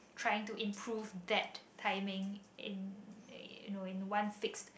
trying to improve that timing in in a one fix